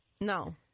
No